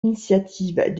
initiative